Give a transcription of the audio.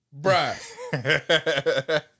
bruh